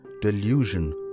delusion